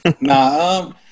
nah